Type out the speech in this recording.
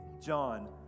John